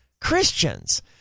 Christians